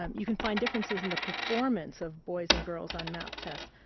um you can find differences in the performance of boys and girls on math tests,